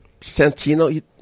Santino